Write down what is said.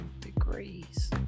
degrees